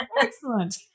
Excellent